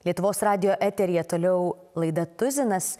lietuvos radijo eteryje toliau laida tuzinas